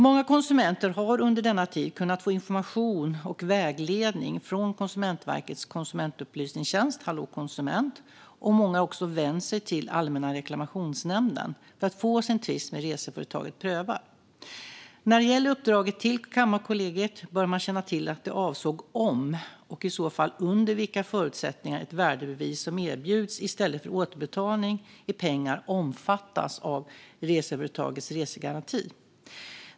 Många konsumenter har under denna tid kunnat få information och vägledning från Konsumentverkets konsumentupplysningstjänst Hallå konsument, och många har även vänt sig till Allmänna reklamationsnämnden för att få sin tvist med reseföretaget prövad. När det gäller uppdraget till Kammarkollegiet bör man känna till att det avsåg om, och i så fall under vilka förutsättningar, ett värdebevis som erbjuds i stället för återbetalning i pengar omfattas av reseföretagets resegaranti.